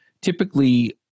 typically